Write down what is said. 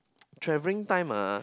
traveling time ah